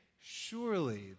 Surely